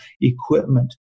equipment